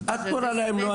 את לא קוראת להן כך.